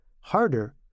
harder